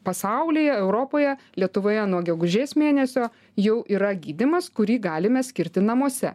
pasaulyje europoje lietuvoje nuo gegužės mėnesio jau yra gydymas kurį galime skirti namuose